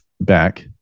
back